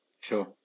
Sure